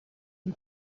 can